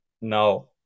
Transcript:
No